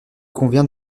convient